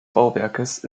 bauwerkes